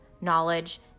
knowledge